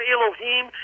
Elohim